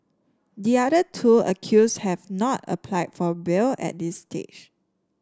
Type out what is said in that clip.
the other two accused have not applied for bail at this stage